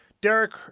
Derek